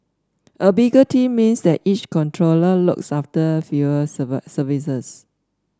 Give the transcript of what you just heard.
a bigger team means that each controller looks after fewer services